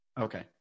Okay